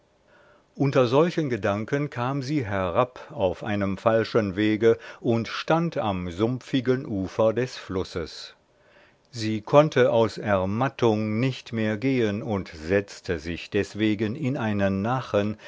unter solchen gedanken kam sie herab auf einem falschen wege und stand am sumpfigen ufer des flusses sie konnte aus ermattung nicht mehr gehen und setzte sich deswegen in einen nachen